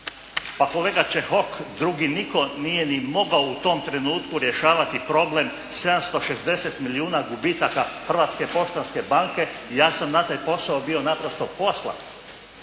Pa kolega Čehok, drugi nitko nije ni mogao u tom trenutku rješavati problem 760 milijuna gubitaka Hrvatske poštanske banke, ja sam na taj posao bio naprosto poslan.